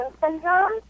syndrome